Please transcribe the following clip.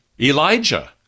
Elijah